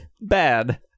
bad